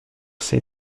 ces